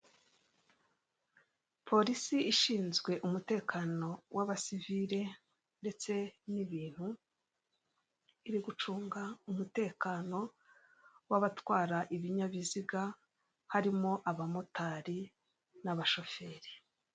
Polisi ishinzwe umutekano w'abasivire ndetse n'ibintu, iri gucunga umutekano w'abatwara ibinyabiziga, harimo abamotari n'abashoferi.